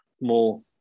more